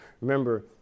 Remember